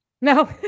No